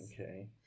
Okay